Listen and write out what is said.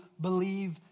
believe